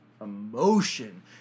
emotion